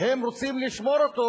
הם רוצים לשמור אותו,